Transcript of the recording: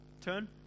turn